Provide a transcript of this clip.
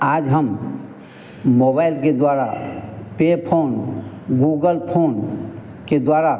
आज हम मोबाइल के द्वारा पे फोन गूगल फोन के द्वारा